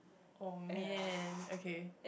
oh man okay